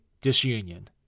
disunion